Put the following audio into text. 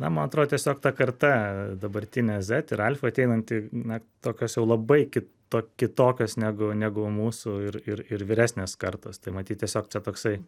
na man atrodo tiesiog ta karta dabartinė zed ir alfa ateinanti na tokios jau labai kito kitokios negu negu mūsų ir ir ir vyresnės kartos tai matyt tiesiog čia toksai